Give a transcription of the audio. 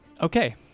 Okay